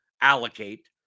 allocate